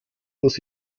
muss